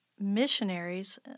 missionaries